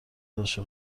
عاشق